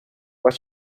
what